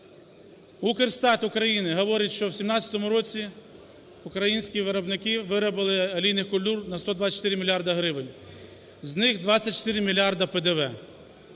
Укрстат України говорить, що в 2017 році українські виробники виробили олійних культур на 124 мільярди гривень, з них 24 мільярди – ПДВ.